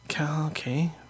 Okay